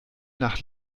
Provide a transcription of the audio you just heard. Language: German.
nach